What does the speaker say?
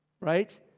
Right